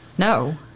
no